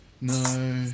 No